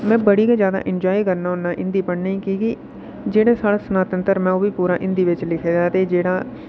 में बड़ी गै ज्यादा इनजॉए करना होन्ना हिंदी पढ़ने गी कि की जेह्ड़ा साढ़ा सनातन धर्म ऐ ओह् बी पूरा हिंदी बिच्च लिखे दा ते जेह्ड़ा